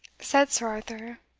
said sir arthur,